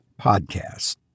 podcast